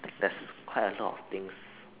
there's quite a lot of things